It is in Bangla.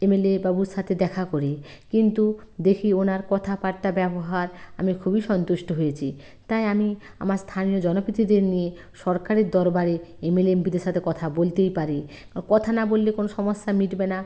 এমএলএ বাবুর সাথে দেখা করি কিন্তু দেখি উনার কথাবার্তা ব্যবহার আমি খুবই সন্তুষ্ট হয়েছি তাই আমি আমার স্থানীয় জনপতিদের নিয়ে সরকারের দরবারে এমএলএ এমপি দের সাথে কথা বলতেই পারি কথা না বললে কোনো সমস্যা মিটবে না